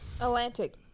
Atlantic